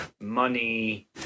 money